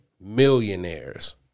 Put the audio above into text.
millionaires